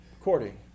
according